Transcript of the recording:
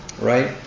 right